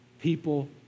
people